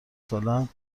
سالهام